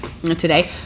today